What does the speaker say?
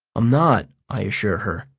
i'm not, i assure her.